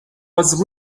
was